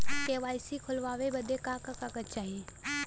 KYC खोलवावे बदे का का कागज चाही?